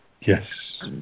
Yes